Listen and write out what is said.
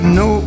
no